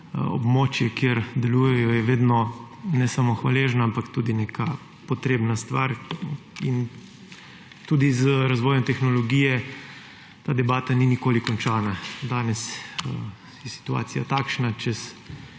območje, kjer delujejo, je vedno ne samo hvaležna, ampak tudi neka potrebna stvar, in tudi z razvojem tehnologije ta debata ni nikoli končana. Danes je situacija takšna, čez